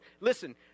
Listen